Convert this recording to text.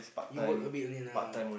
you work a bit only lah